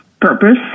purpose